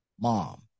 mom